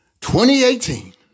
2018